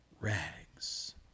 rags